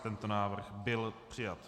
Tento návrh byl přijat.